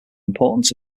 importance